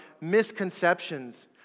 misconceptions